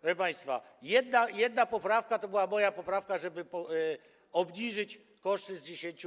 Proszę państwa, jedyna poprawka to była moja poprawka, żeby obniżyć koszty z 10%